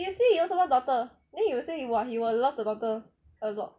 he say he also want daughter then he will say !wah! he will love the daughter a lot